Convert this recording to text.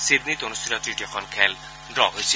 ছিডনীত অনুষ্ঠিত তৃতীয়খন খেল ড্ৰ হৈছিল